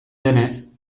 denez